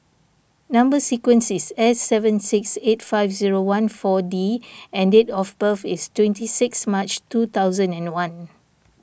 Number Sequence is S seven six eight five zero one four D and date of birth is twenty six March two thousand and one